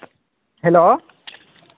hello